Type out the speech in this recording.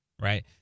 right